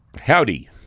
Howdy